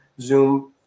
Zoom